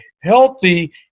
healthy